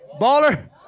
Baller